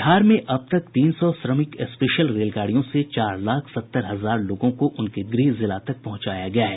बिहार में अब तक तीन सौ श्रमिक स्पेशल रेलगाड़ियों से चार लाख सत्तर हजार लोगों को उनके गृह जिला तक पहुंचाया गया है